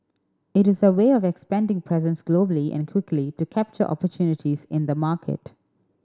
it is a way of expanding presence globally and quickly to capture opportunities in the market